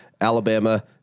Alabama